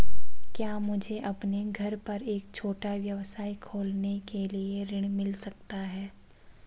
क्या मुझे अपने घर पर एक छोटा व्यवसाय खोलने के लिए ऋण मिल सकता है?